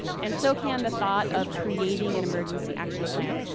and so can the thought of creating an emergency action plan.